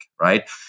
right